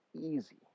easy